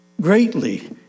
greatly